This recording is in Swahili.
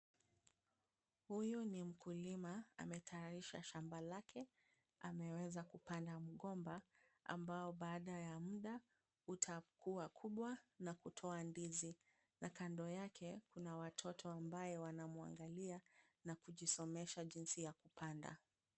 Huyu ni mkulima, ametayarisha shamba lake, ameweza kupanda mgomba ambao baada ya muda utakuwa kubwa na kutoa ndizi na kando yake kuna watoto ambaye wanamwangalia na kujisomesha jinsi ya kupanda.